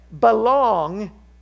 belong